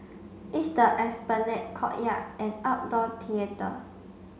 it's the Esplanade courtyard and outdoor theatre